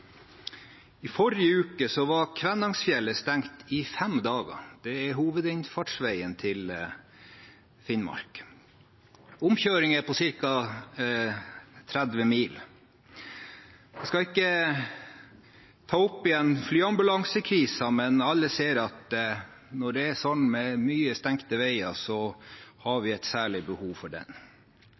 I forrige uke var Kvænangsfjellet stengt i fem dager. Det er hovedinnfartsveien til Finnmark. Omkjøringen er på ca. 30 mil. Jeg skal ikke ta opp igjen flyambulansekrisen, men alle ser at vi har et særlig behov for flyambulanse når det er mange stengte veier.